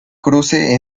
cruce